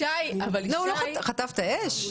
ישי, חטפת אש?